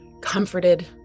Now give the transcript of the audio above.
comforted